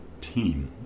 team